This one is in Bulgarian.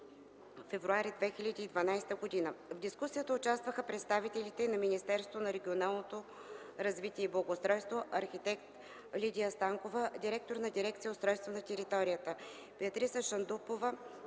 В дискусията участваха представителите от Министерството на регионалното развитие и благоустройството – арх. Лидия Станкова, директор на дирекция „Устройство на територията”, Беатриса Шалдупова,